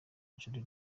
nshuti